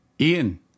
Ian